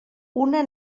una